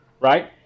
right